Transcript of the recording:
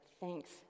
Thanks